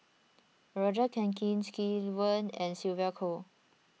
Roger Jenkins Lee Wen and Sylvia Kho